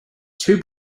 two